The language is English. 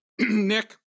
Nick